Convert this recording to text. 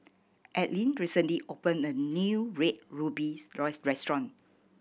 Adline recently opened a new Red Ruby restaurant